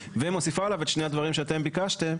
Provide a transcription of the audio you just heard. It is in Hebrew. ומוסיפה עליו את שני הדברים שאתם ביקשתם,